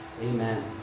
Amen